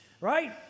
right